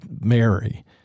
Mary